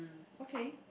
okay